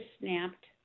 snapped